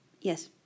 Yes